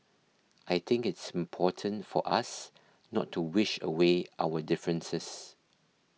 I think it's important for us not to wish away our differences